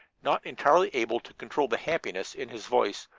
not entirely able to control the happiness in his voice,